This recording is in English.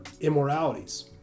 immoralities